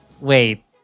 wait